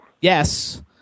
Yes